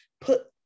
put